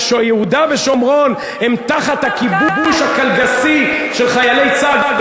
שיהודה ושומרון הם תחת הכיבוש הקלגסי של חיילי צה"ל.